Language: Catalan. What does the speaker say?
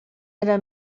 era